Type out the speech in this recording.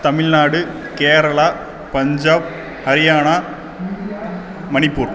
Tamil Nadu Kerala Punjab Haryana Manipur